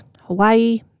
Hawaii